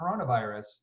coronavirus